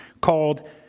called